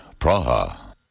Praha